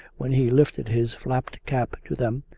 when he lifted his flapped cap to them,